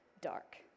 dark